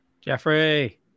Jeffrey